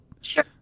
Sure